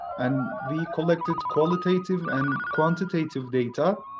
and we collected qualitative and quantitative data.